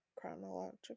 Chronological